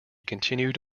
continued